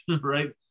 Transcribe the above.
right